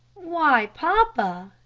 why, papa!